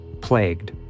plagued